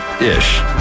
Ish